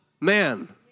Man